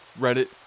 Reddit